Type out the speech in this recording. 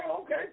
okay